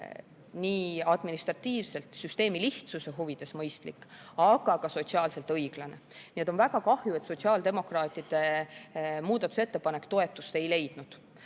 nii administratiivselt, süsteemi lihtsuse huvides mõistlik, aga ka sotsiaalselt õiglane. Nii et on väga kahju, et sotsiaaldemokraatide muudatusettepanek toetust ei leidnud,